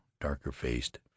darker-faced